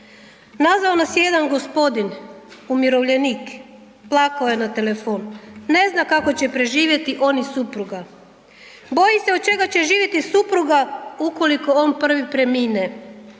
Nazvao nas je jedan gospodin umirovljeni, plakao je na telefon, ne zna kako će preživjeti on i supruga. Boji se od čega će živjeti supruga ukoliko on prvi premine.